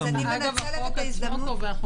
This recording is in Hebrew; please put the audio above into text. אגב, החוק עצמו קובע.